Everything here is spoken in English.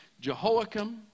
Jehoiakim